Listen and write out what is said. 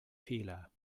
fehler